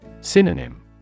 Synonym